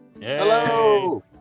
Hello